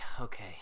okay